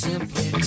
Simply